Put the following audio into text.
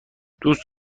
دوست